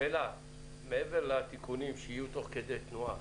מעבר לתיקונים שיהיו תוך כדי תנועה,